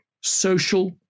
social